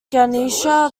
ganesha